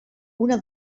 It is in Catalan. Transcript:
una